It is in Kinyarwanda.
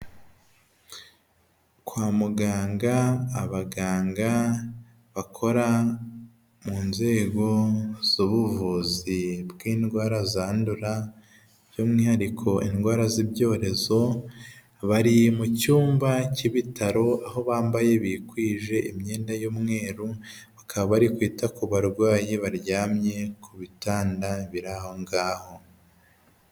Kwa muganga abaganga bakora mu nzego z'ubuvuzi bw'indwara zandura by'umwihariko indwara z'ibyorezo, bari mu cyumba cy'ibitaro aho bambaye bikwije imyenda y'umweru bakaba bari kwita ku barwayi baryamye ku bitanda biri aho ngaho.